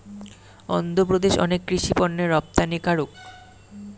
অন্ধ্রপ্রদেশ অনেক কৃষি পণ্যের রপ্তানিকারক